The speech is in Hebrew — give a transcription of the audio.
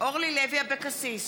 אורלי לוי אבקסיס,